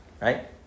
Right